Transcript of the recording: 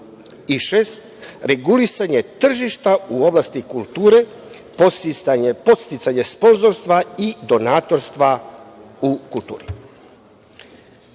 regulisanje tržišta u oblasti kulture, podsticanje sponzorstva i donatorstva u kulturi. Poznate